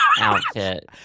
outfit